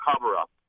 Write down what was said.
cover-up